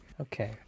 Okay